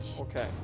Okay